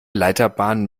leiterbahnen